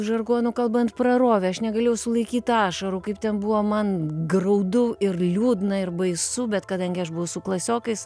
žargonu kalbant prarovė aš negalėjau sulaikyt ašarų kaip ten buvo man graudu ir liūdna ir baisu bet kadangi aš buvau su klasiokais